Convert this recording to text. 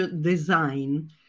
design